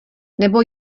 nebo